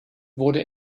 wurde